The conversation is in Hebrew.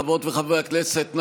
חברות וחברי הכנסת,